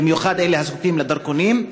במיוחד אלה הזקוקים לדרכונים.